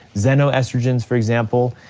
xenoestrogens for example,